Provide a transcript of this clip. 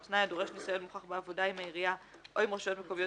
או תנאי הדורש ניסיון מוכח בעבודה עם העיריה או עם רשויות מקומיות